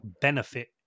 benefit